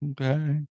Okay